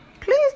Please